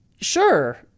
Sure